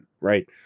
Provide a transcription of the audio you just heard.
right